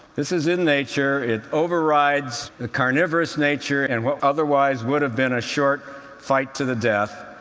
this is in nature it overrides a carnivorous nature and what otherwise would have been a short fight to the death.